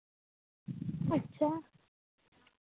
ᱟᱪᱪᱷᱟ